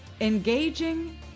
engaging